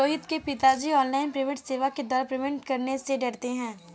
रोहित के पिताजी online payment सेवा के द्वारा पेमेंट करने से डरते हैं